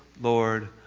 Lord